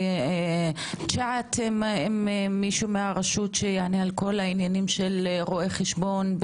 זה יהיה צ'ט עם מישהו מהרשות שיענה על כל העניינים של רואה חשבון,